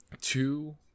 two